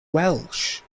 welsh